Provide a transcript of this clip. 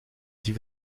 die